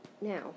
Now